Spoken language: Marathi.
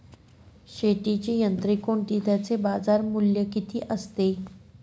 शेतीची यंत्रे कोणती? त्याचे बाजारमूल्य किती असते?